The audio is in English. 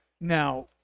Now